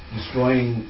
destroying